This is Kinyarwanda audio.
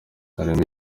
hariho